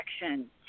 action